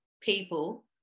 people